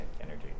energy